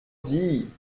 sie